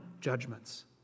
judgments